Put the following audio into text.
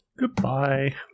goodbye